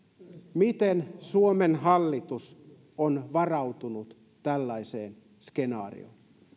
miten suomen hallitus on varautunut tällaiseen skenaarioon